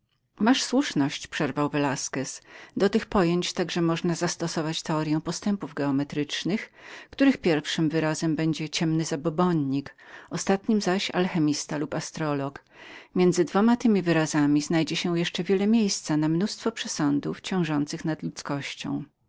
masz słuszność przerwał velasquez do tych pojęć także można zastosować teoryę postępów geometrycznych których pierwszym wyrazem będzie ciemny zabobonnik ostatnim zaś alchimista lub astrolog między dwoma temi wyrazami znajdzie się jeszcze wiele miejsca na mnóstwo przesądów ciążących nad ludzkością